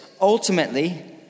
Ultimately